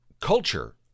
culture